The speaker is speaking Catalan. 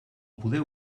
podeu